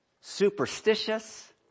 Superstitious